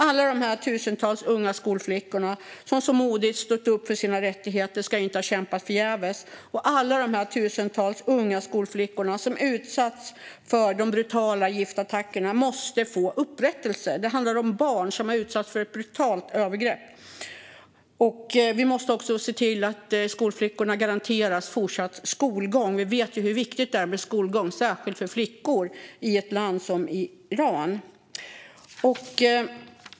Alla de tusentals unga skolflickor som så modigt har stått upp för sina rättigheter ska inte ha kämpat förgäves. Alla de tusentals unga skolflickor som utsatts för de brutala giftattackerna måste få upprättelse. Det handlar om barn som har utsatts för ett brutalt övergrepp. Vi måste se till att skolflickorna garanteras fortsatt skolgång. Vi vet hur viktigt det är med skolgång, särskilt för flickor i ett land som Iran.